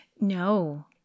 No